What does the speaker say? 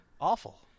Awful